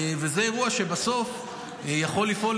וזה אירוע שבסוף יכול לפעול,